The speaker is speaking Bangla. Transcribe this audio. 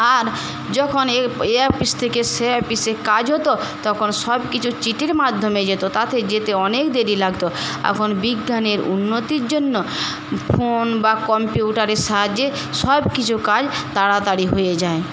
আর যখন এ অফিস থেকে সে অফিসে কাজ হত তখন সব কিছু চিঠির মাধ্যমে যেত তাতে যেতে অনেক দেরি লাগত এখন বিজ্ঞানের উন্নতির জন্য ফোন বা কম্পিউটারের সাহায্যে সব কিছু কাজ তাড়াতাড়ি হয়ে যায়